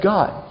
God